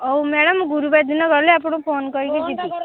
ହଉ ମ୍ୟାଡ଼ାମ୍ ଗୁରୁବାର ଦିନ ଗଲେ ଆପଣଙ୍କୁ ଫୋନ୍ କରିକି ଯିବି